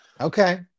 Okay